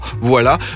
Voilà